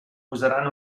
posaran